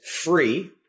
free